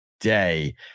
day